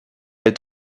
est